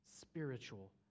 spiritual